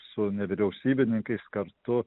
su nevyriausybininkais kartu